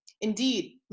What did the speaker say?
Indeed